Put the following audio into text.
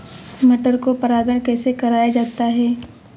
मटर को परागण कैसे कराया जाता है?